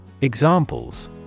Examples